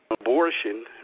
abortion